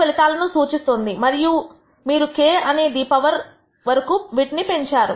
I ఫలితాలను సూచిస్తున్నది మరియు మీరు k అనే పవర్ వరకు వీటిని పెంచారు